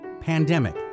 pandemic